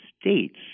States